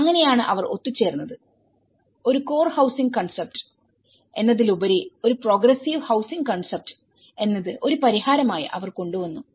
അങ്ങനെയാണ് അവർ ഒത്തുചേർന്നത് ഒരു കോർ ഹൌസിംഗ് കൺസെപ്റ്റ് എന്നതിലുപരി ഒരു പ്രോഗ്രസീവ് ഹൌസിംഗ് കൺസെപ്റ്റ് എന്നത് ഒരു പരിഹാരമായി അവർ കൊണ്ടുവന്നു